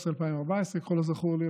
2014 כבר לא זכור לי,